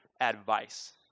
advice